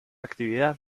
actividad